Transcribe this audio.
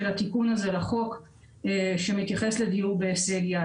התיקון הזה לחוק שמתייחס לדיור בהישג יד.